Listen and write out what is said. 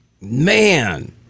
Man